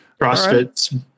CrossFit